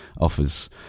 offers